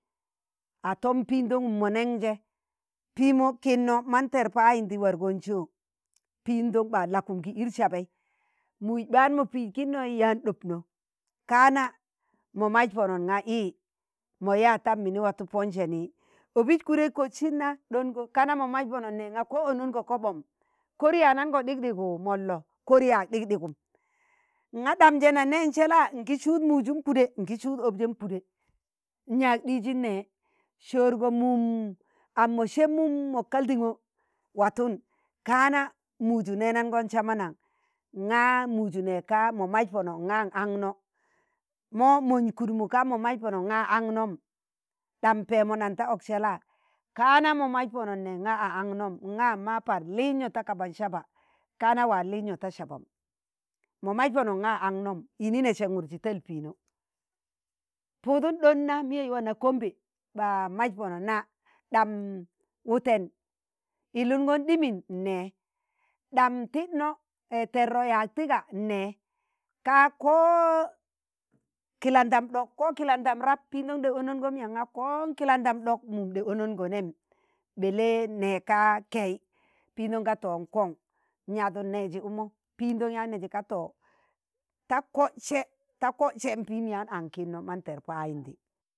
a tom pindongum mo nenje. Piimo kinno ma ter payindi wargo jo? Pindon ba lakum ki- id sabi mus ɓạan mo pijj kin noi yaan ɗobno, ka na mo mas pono ṇga i, mọ yaa ntam mini watu pọn sani obis kudem kotsin na ɗongo kana mọ mas pono nine ga. ko onangọ kobom kọr yanaṇgọ ɗik ɗigum mọloọ? kor yaag ɗik ɗigum ng̣a ɗam jẹ na neeṇ sela? ngi sụụd mujum kuɗe, ngi sụụd ọbjẹm kuɗe nyag ɗijin nẹ soorgo mum am mọ sebmu mọ Kaltungo watun ka na muju nenaṇgọ sama naṇ? ng̣a muju nẹẹgka mọ mas pọnọ nga aṇ anknọ, mo mum kudmu ka mo mas pono ṇa anknọm ɗam pẹẹmo naṇ ta ọksẹla la ka na ma mas pono n'ne nga a anknom nga ma par liizno ta kaba saba kana wa liizno ta sabam, mo mas pono ng̣a a aṇknọm yinine sẹnụgursi tal piinọ pụụdụn ɗon na miyen wana kombe ɓa maj pono na, ɗam wuten iluṇgọn ɗimin? n'ne ɗam tidno tẹrọ yak tịgạ nne̱. ka ko kilandam ɗok ko kilandam rap piidon ɗe onangom ya? nga kon kilandam ɗok mum ɗe onango nem belle ne ka kei pindon ga to n'kon, nyadon neji ukmo pindon yaan neji ka ta kọdsẹ ta kọdsẹ piim yaan ankno ma ter payindi